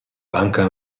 banca